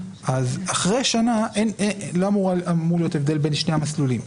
אחרי שנה לא אמור להיות הבדל בין שני המסלולים.